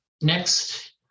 Next